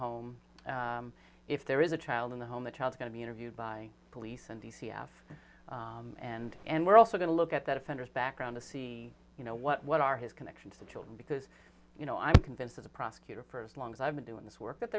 home if there is a child in the home the child going to be interviewed by police and the c f and and we're also going to look at that offenders background to see you know what what are his connection to the children because you know i'm convinced as a prosecutor for as long as i've been doing this work that